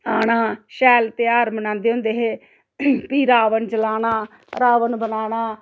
आना शैल ध्यार मनांदे होंदे हे फ्ही रावण जलाना रावण बनाना